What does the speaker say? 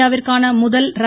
இந்தியாவிற்கான முதல் ர